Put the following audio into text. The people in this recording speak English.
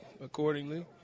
accordingly